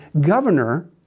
governor